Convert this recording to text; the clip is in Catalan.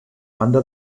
banda